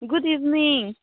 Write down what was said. good evening